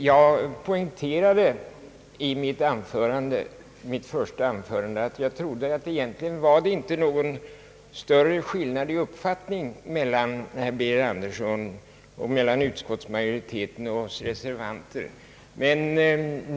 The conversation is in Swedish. Jag poängterade förut att det enligt min mening inte torde föreligga någon större skillnad i uppfattningen mellan utskottsmajoriteten och reservanterna.